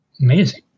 amazing